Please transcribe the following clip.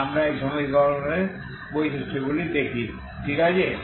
তাই আমরা এই সমীকরণের বৈশিষ্ট্যগুলি দেখি ঠিক আছে